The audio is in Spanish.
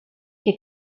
que